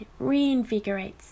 reinvigorates